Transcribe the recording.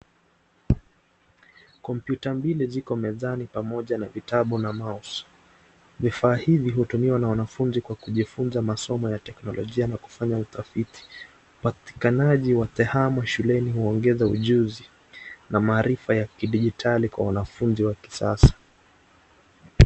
Kompyuta mbili ziko mezani pamoja na vitabu na mouse . Vifaa hivi hutumiwa na wanafunzi kwa kujifunza masomo ya teknolojia na kufanya utafiti. Upatikanaji wa tehama shuleni huongeza ujuzi na maarifa ya kidijitali kwa wanafunzi wa kisasa.